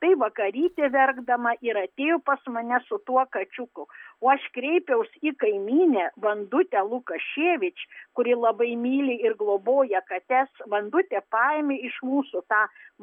tai vakarytė verkdama ir atėjo pas mane su tuo kačiuku o aš kreipiaus į kaimynę vandutę lukaševič kuri labai myli ir globoja kates vandutė paėmė iš mūsų tą